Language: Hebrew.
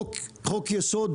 חוק יסוד,